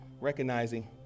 recognizing